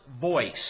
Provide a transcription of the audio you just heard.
voice